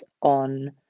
on